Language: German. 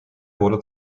wurde